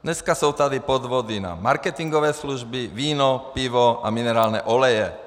Dneska jsou tady podvody na marketingové služby, víno, pivo a minerální oleje.